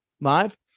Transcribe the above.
live